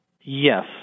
yes